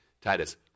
Titus